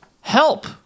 help